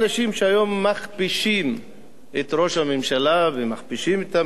מכפישים את ראש הממשלה ומכפישים את הממשלה.